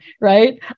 right